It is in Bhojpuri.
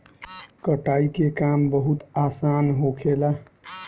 कटाई के काम बहुत आसान होखेला